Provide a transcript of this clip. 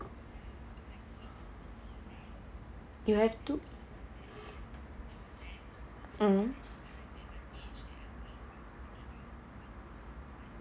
you have two mmhmm